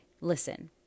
Listen